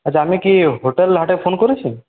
আচ্ছা আমি কি হোটেল হাটে ফোন করেছি